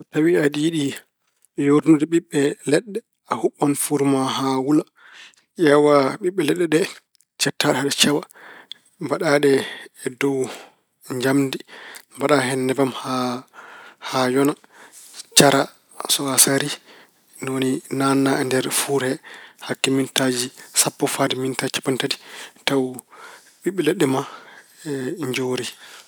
So tawi aɗa yiɗi yoornude ɓiɓɓe leɗɗe, a huɓɓan fuur ma haa wula. Ñeewa ɓiɓɓe leɗɗe, cetta haa ɗe cewa. Mbaɗa ɗe e dow njamndi. Mbaɗa hen nebam haa- haa yona. Cara, so ko a sarii, ni woni naatna nder fuur he hakke mintaaji sappo fayde mintaaji cappanɗe tati. Taw ɓiɓɓe leɗɗe ma njoori.